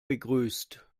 begrüßt